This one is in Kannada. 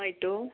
ಆಯಿತು